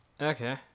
Okay